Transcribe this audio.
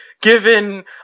Given